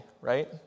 right